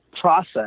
process